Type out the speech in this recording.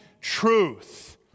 truth